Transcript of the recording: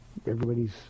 everybody's